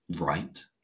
right